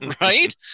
Right